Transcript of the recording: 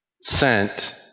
sent